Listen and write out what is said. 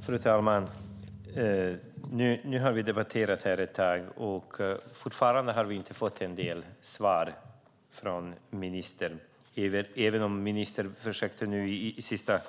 Fru talman! Nu har vi debatterat här ett tag. Fortfarande är det en del svar vi inte har fått från ministern, även om ministern i sitt senaste